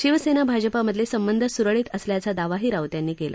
शिवसेना भाजपामधले संबध सुरळीत असल्याचा दावाही राऊत यांनी केला